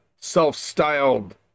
self-styled